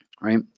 right